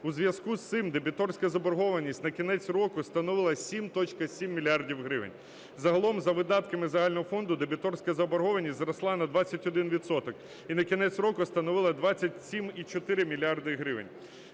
У зв'язку з цим дебіторська заборгованість на кінець року становила 7,7 мільярда гривень. Загалом за видатками загального фонду дебіторська заборгованість зросла на 21 відсоток і на кінець року становила 27,4 мільярда